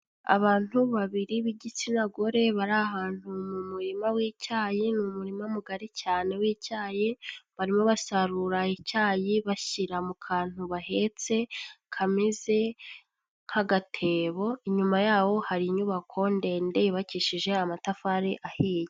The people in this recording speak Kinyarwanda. Abantu babiri b'igitsina gore bari ahantu mu murima w'icyayi, ni umurima mugari cyane w'icyayi, barimo basarura icyayi bashyira mu kantu bahetse kameze nk'agatebo, inyuma yabo hari inyubako ndende yubakishije amatafari ahiye.